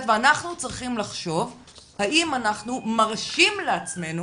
ואנחנו צריכים לחשוב האם אנחנו מרשים לעצמנו